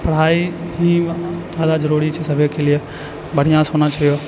पढ़ाइ ही ज्यादा जरूरी छै सभीके लिए बढ़िआँसँ होना छिऔ